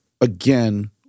again